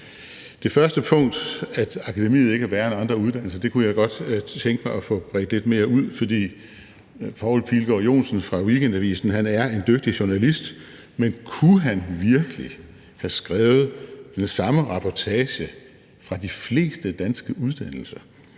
Det første punkt – at akademiet ikke er værre end andre uddannelser – kunne jeg godt tænke mig at få bredt lidt mere ud. For Poul Pilgaard Johnsen fra Weekendavisen er en dygtig journalist, men kunne han virkelig have skrevet den samme reportage fra de fleste danske uddannelser,